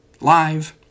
live